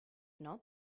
not